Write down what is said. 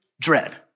dread